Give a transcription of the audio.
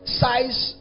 size